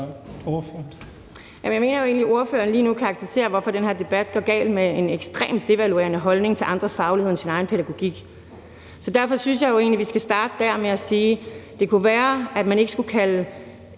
Durhuus (S): Jeg mener jo egentlig, ordføreren lige nu karakteriserer, hvorfor den her debat går galt, med en ekstremt devaluerende holdning til andres faglighed i forhold til sin egen pædagogik. Så derfor synes jeg jo egentlig, vi skal starte med at sige, at det kunne være, at man ikke skulle kalde